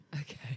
Okay